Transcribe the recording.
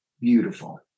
beautiful